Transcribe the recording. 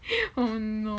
oh no